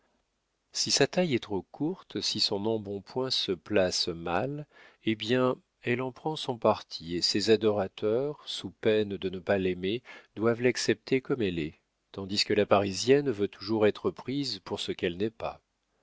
si sa taille est trop courte si son embonpoint se place mal eh bien elle en prend son parti et ses adorateurs sous peine de ne pas l'aimer doivent l'accepter comme elle est tandis que la parisienne veut toujours être prise pour ce qu'elle n'est pas